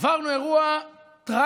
עברנו אירוע טרגי,